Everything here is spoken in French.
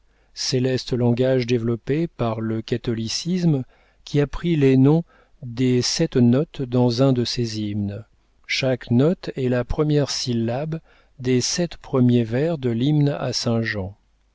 céleste langage développé par le catholicisme qui a pris les noms des sept notes dans un de ses hymnes chaque note est la première syllabe des sept premiers vers de l'hymne à